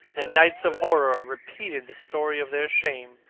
and nights of horror repeated the story of their shame,